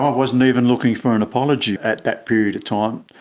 um wasn't even looking for an apology at that period of time.